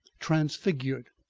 transfigured.